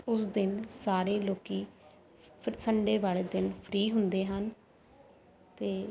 ਉਸ ਦਿਨ ਸਾਰੇ ਲੋਕੀਂ ਸੰਡੇ ਵਾਲੇ ਦਿਨ ਫ੍ਰੀ ਹੁੰਦੇ ਹਨ ਅਤੇ